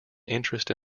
interest